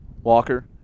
Walker